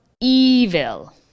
evil